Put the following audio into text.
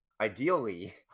ideally